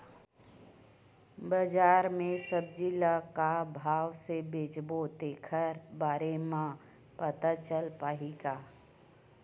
बजार में भाजी ल का भाव से बेचबो तेखर बारे में पता चल पाही का?